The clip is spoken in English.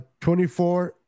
24